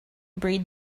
breed